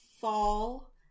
fall